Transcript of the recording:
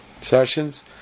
sessions